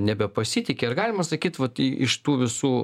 nebepasitiki ar galima sakyt vat iš tų visų